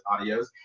audios